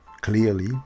clearly